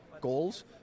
goals